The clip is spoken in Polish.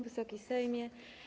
Wysoki Sejmie!